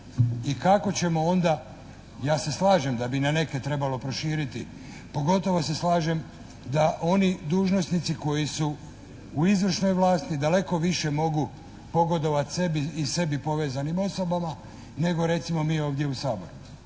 I kako ćemo onda, ja se slažem da bi na neke trebalo proširiti, pogotovo se slažem da oni dužnosnici koji su u izvršnoj vlasti, daleko više mogu pogodovati sebi i sebi povezanim osobama nego recimo mi ovdje u Saboru.